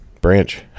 branch